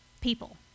people